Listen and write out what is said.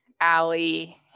Allie